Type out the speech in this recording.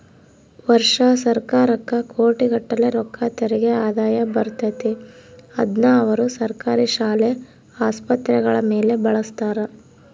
ವರ್ಷಾ ಸರ್ಕಾರಕ್ಕ ಕೋಟಿಗಟ್ಟಲೆ ರೊಕ್ಕ ತೆರಿಗೆ ಆದಾಯ ಬರುತ್ತತೆ, ಅದ್ನ ಅವರು ಸರ್ಕಾರಿ ಶಾಲೆ, ಆಸ್ಪತ್ರೆಗಳ ಮೇಲೆ ಬಳಸ್ತಾರ